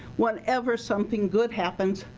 whenever something good happens,